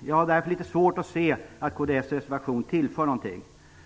Jag har därför litet svårt att se att kds reservation tillför någonting.